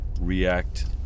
react